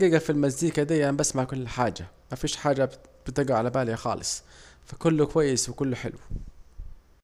الحجيجة في المزيكا دين بسمع كل حاجة، مفيش حاجة بتيجي على بالي فكله حلو وكله كويس